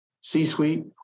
C-suite